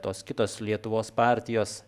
tos kitos lietuvos partijos